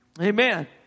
Amen